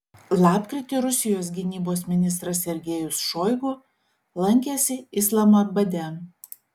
lapkritį rusijos gynybos ministras sergejus šoigu lankėsi islamabade